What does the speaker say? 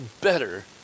better